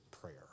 prayer